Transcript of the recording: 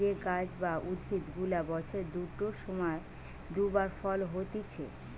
যে গাছ বা উদ্ভিদ গুলা বছরের দুটো সময় দু বার ফল হতিছে